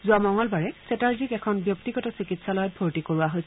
যোৱা মঙলবাৰে চেটাৰ্জীক এখন ব্যক্তিগত চিকিৎসালয়ত ভৰ্তি কৰোৱা হৈছিল